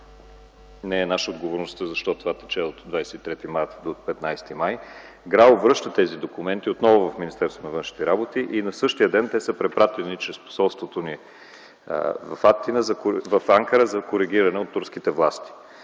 не е наша отговорността, защото това тече от 23 март до 15 май, ГРАО връща тези документи отново в Министерството на външните работи и на същия ден те са препратени чрез посолството ни в Акара за коригиране от турските власти.